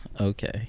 Okay